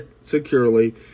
securely